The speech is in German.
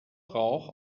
rauch